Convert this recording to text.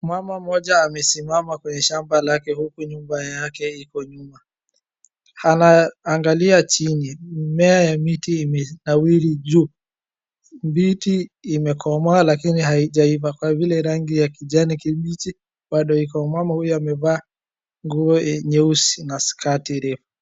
Mama moja amesimama kwenye shamba lake huku nyumba yake iko nyuma, anaangalia chini mimea ya miti imenawiri juu. Miti imekomaa lakini haijaivaa kwa vile rangi ya kijani kibichi bado iko. Mama huyu amevaa nguo nyeusi na sketi refu.